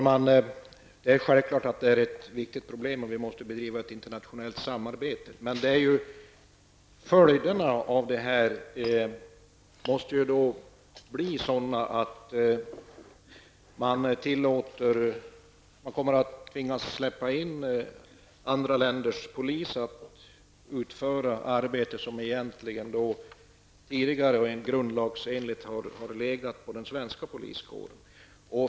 Herr talman! Självfallet är det ett viktigt problem, och naturligtvis måste det vara ett internationellt samarbete. Följden måste emellertid bli att man kommer att tvingas släppa in andra länders polis för att utföra ett arbete som egentligen tidigare grundlagsenligt har åvilat den svenska poliskåren.